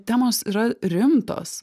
temos yra rimtos